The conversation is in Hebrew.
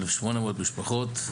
1,800 משפחות,